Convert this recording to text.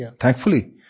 thankfully